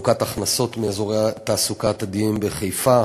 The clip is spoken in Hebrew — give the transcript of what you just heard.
חלוקת הכנסות מאזורי תעסוקה עתידיים בחיפה,